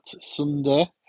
Sunday